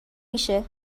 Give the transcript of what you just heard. میشه